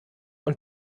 und